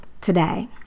today